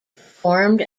performed